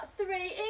three